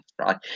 right